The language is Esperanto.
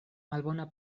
malbona